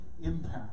impact